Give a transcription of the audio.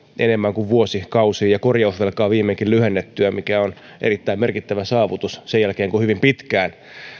enemmän kuin vuosikausiin ja korjausvelkaa viimeinkin lyhennettyä mikä on erittäin merkittävä saavutus sen jälkeen kun hyvin pitkään